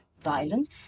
violence